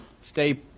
stay